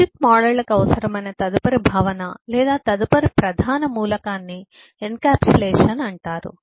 object మోడళ్లకు అవసరమైన తదుపరి భావన లేదా తదుపరి ప్రధాన మూలకాన్ని ఎన్క్యాప్సులేషన్ అంటారు